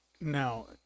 Now